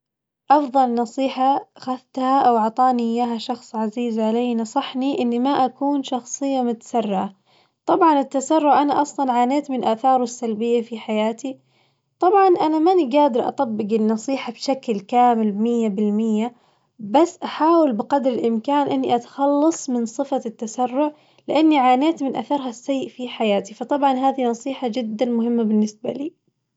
أفظل نصيحة أخذتها أو عطاني إياها شخص عزيز علي نصحني إني ما أكون شخصية متسرعة، طبعاً التسرع أنا أصلاً عانيت من آثاره السلبية في حياتي، طبعاً أنا ماني قادرة أطبق النصيحة بشكل كامل مئة بالمئة بس أحاول بقدر الإمكان إني أتخلص من صفة التسرع لأني عانيت من أثرها السلبي في حياتي، فطبعاً هذي نصيحة جداً مهمة بالنسبة لي.